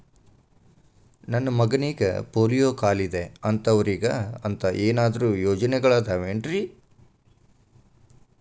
ನನ್ನ ಮಗನಿಗ ಪೋಲಿಯೋ ಕಾಲಿದೆ ಅಂತವರಿಗ ಅಂತ ಏನಾದರೂ ಯೋಜನೆಗಳಿದಾವೇನ್ರಿ?